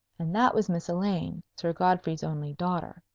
and that was miss elaine, sir godfrey's only daughter,